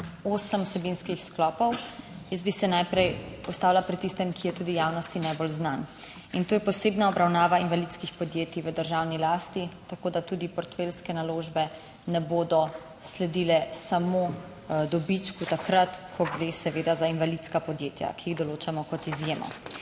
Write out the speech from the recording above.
osem vsebinskih sklopov. Jaz bi se najprej ustavila pri tistem, ki je tudi javnosti najbolj znan in to je posebna obravnava invalidskih podjetij v državni lasti. Tako da tudi portfeljske naložbe ne bodo sledile samo dobičku takrat, ko gre seveda za invalidska podjetja, ki jih določamo kot izjemo.